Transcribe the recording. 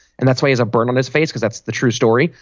and that's why he's a burden on his face because that's the true story.